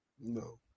No